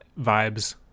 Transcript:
vibes